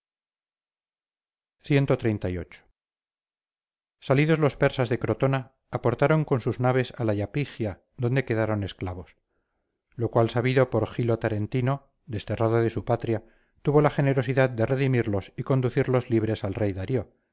cxxxviii salidos los persas de crotona aportaron con sus naves a la yapigia donde quedaron esclavos lo cual sabido por gilo tarentino desterrado de su patria tuvo la generosidad de redimirlos y conducirlos libres al rey darío